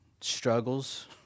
struggles